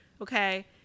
Okay